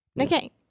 Okay